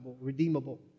redeemable